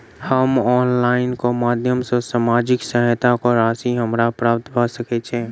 हम ऑनलाइन केँ माध्यम सँ सामाजिक सहायता केँ राशि हमरा प्राप्त भऽ सकै छै?